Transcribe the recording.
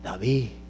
David